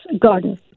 garden